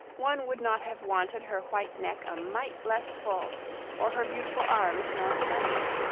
one would not have wanted her white neck a mite less full or her beautiful arms more slender.